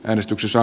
äänestyksessä